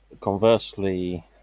Conversely